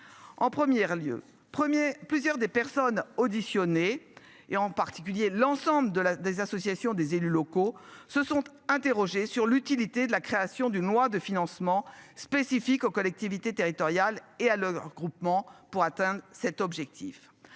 En première lieu 1er plusieurs des personnes auditionnées et en particulier l'ensemble de la, des associations, des élus locaux se sont. Interrogé sur l'utilité de la création d'une loi de financement spécifique aux collectivités territoriales et à le regroupement pour atteindre cet objectif.